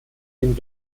den